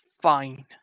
fine